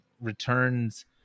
returns